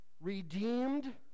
redeemed